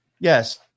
Yes